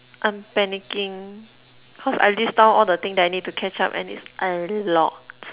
I'm panicking cause I list down all the thing that I need to catch up and it's a lot